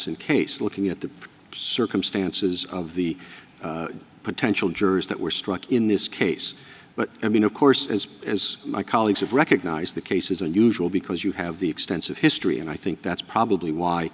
batson case looking at the circumstances of the potential jurors that were struck in this case but i mean of course as as my colleagues have recognized the case is unusual because you have the extensive history and i think that's probably why